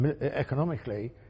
economically